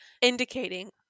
indicating